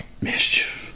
Mischief